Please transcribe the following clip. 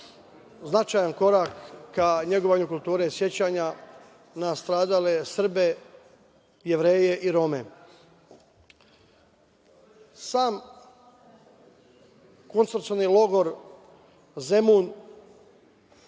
značajan korak ka negovanju kulture sećanja na stradale Srbe, Jevreje i Rome. Sam koncentracioni logor Zemun